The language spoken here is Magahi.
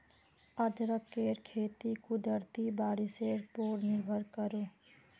अदरकेर खेती कुदरती बारिशेर पोर निर्भर करोह